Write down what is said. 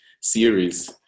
series